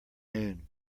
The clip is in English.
noon